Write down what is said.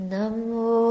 Namu